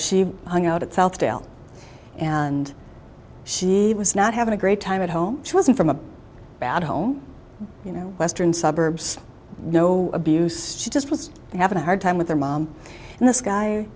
she hung out at southdale and she was not having a great time at home she wasn't from a bad home you know western suburbs no abuse she just was having a hard time with her mom and this guy